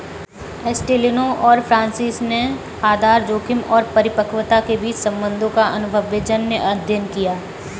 एस्टेलिनो और फ्रांसिस ने आधार जोखिम और परिपक्वता के बीच संबंधों का अनुभवजन्य अध्ययन किया